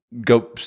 go